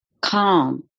calm